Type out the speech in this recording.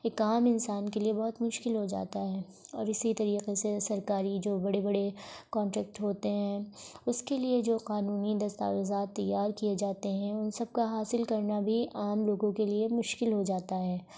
ایک عام انسان کے لیے بہت مشکل ہو جاتا ہے اور اسی طریقے سے سرکاری جو بڑے بڑے کانٹیکٹ ہوتے ہیں اس کے لیے جو قانونی دستاویزات تیار کیے جاتے ہیں ان سب کا حاصل کرنا بھی عام لوگوں کے لیے مشکل ہو جاتا ہے